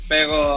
Pero